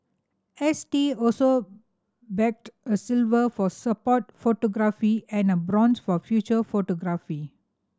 S T also bagged a silver for sport photography and a bronze for feature photography